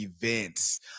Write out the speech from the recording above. events